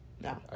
No